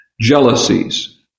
jealousies